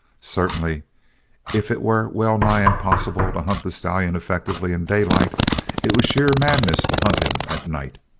certainly if it were well-nigh impossible to hunt the stallion effectively in daylight it was sheer madness to hunt him at night.